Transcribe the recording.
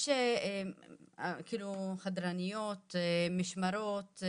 יש חדרניות, משמרות,